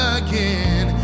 again